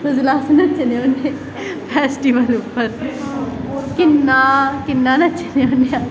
जिसलै अस नच्चने होन्ने फैस्टिवल उप्पर किन्ना किन्ना नच्चने होन्ने अस